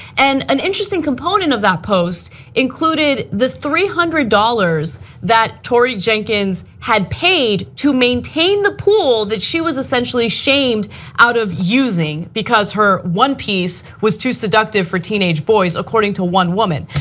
and an adjusting component of that post included the three hundred dollars that tori jenkins had paid to maintain the pool that she was essentially shamed out of using, because her one-piece was too seductive for teenage boys, according to one woman.